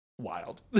Wild